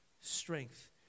strength